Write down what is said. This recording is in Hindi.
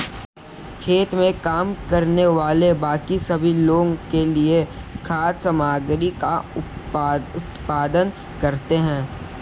खेत में काम करने वाले बाकी सभी लोगों के लिए खाद्य सामग्री का उत्पादन करते हैं